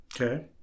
Okay